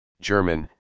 German